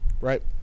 Right